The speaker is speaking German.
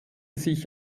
sich